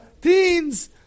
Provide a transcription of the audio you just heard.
teens